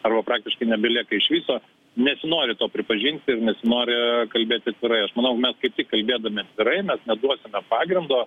arba praktiškai nebelieka iš viso nesinori to pripažinti nori kalbėti atvirai aš manau mes kaip tik kalbėdami atvirai mes neduosime pagrindo